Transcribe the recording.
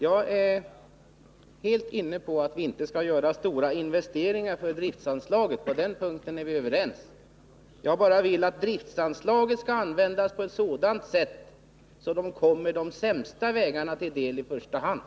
Jag är helt inne på att vi inte skall använda driftanslagen till att göra stora investeringar — på den punkten är vi överens. Jag vill bara att driftanslagen används på ett sådant sätt att de kommer de sämsta vägarna till del i första hand.